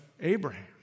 Abraham